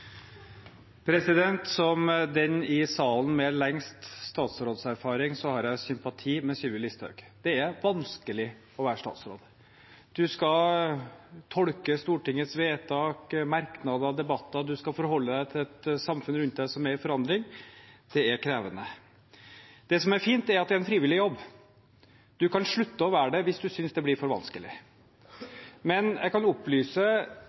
vanskelig å være statsråd. En skal tolke Stortingets vedtak, merknader, debatter. En skal forholde seg til samfunnet rundt som er i forandring. Det er krevende. Det som er fint, er at det er en frivillig jobb. En kan slutte å være statsråd dersom en synes det blir for vanskelig. Men jeg kan opplyse